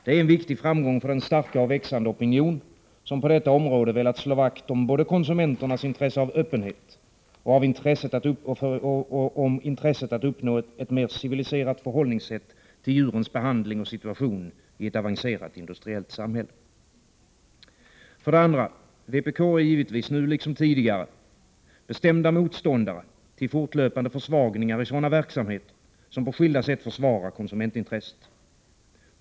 Det är en viktig framgång för den starka och växande opinion som på detta område velat slå vakt om både konsumenternas intresse av öppenhet och intresset att uppnå ett mer civiliserat förhållningssätt till djurens behandling och situation i ett avancerat industriellt samhälle. För det andra är vi i vpk givetvis, nu liksom tidigare, bestämda motståndare till fortlöpande försvagning av sådana verksamheter som på skilda sätt försvarar konsumentintresset.